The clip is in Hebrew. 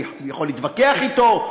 אני יכול להתווכח אתו,